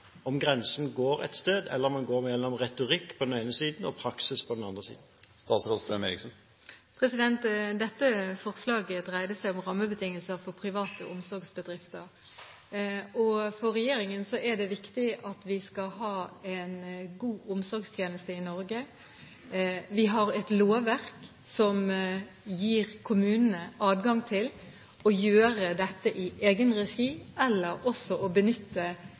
om grensen går ett sted, eller om den går mellom retorikk på den ene siden og praksis på den andre siden. Dette forslaget dreide seg om rammebetingelser for private omsorgsbedrifter. For regjeringen er det viktig at vi skal ha en god omsorgstjeneste i Norge. Vi har et lovverk som gir kommunene adgang til å gjøre dette i egen regi, eller benytte